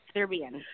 Serbian